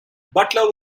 butler